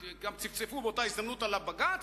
וגם צפצפו באותה הזדמנות על בג"ץ,